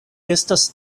estas